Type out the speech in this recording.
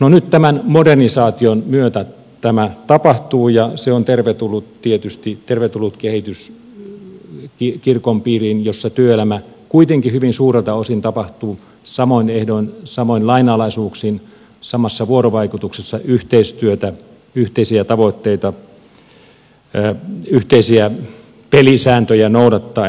no nyt tämän modernisaation myötä tämä tapahtuu ja se on tietysti tervetullut kehitys kirkon piiriin jossa työelämä kuitenkin hyvin suurelta osin tapahtuu samoin ehdoin samoin lainalaisuuksin samassa vuorovaikutuksessa yhteistyötä yhteisiä tavoitteita yhteisiä pelisääntöjä noudattaen